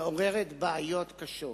מעוררת בעיות קשות.